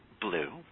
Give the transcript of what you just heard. blue